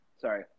Sorry